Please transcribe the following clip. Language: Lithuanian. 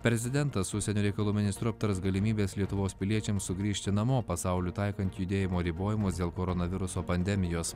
prezidentas su užsienio reikalų ministru aptars galimybes lietuvos piliečiams sugrįžti namo pasaulio taikant judėjimo ribojimus dėl koronaviruso pandemijos